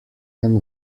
can